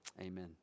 amen